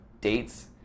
dates